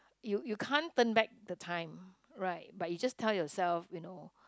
you you can't turn back the time right but you just tell yourself you know